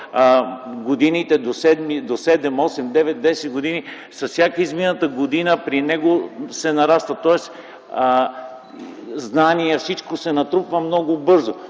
особено до 7-8-9-10 години с всяка измината година при него се нараства – знания, всичко се натрупва много бързо.